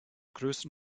größten